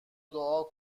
دعا